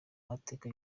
mateka